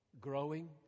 growing